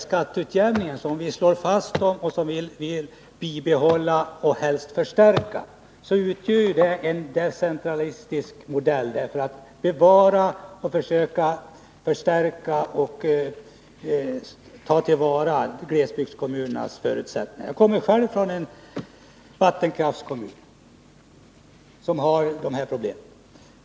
Skatteutjämningen, som vi står fast bakom och som vi vill bibehålla och helst förstärka, utgör en decentralistisk modell för att bevara och försöka förstärka glesbygdskommunernas förutsättningar. Jag kommer själv från en vattenkraftskommun, som har vissa skattekraftsproblem.